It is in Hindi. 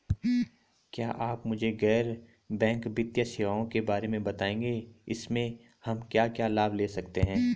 क्या आप मुझे गैर बैंक वित्तीय सेवाओं के बारे में बताएँगे इसमें हम क्या क्या लाभ ले सकते हैं?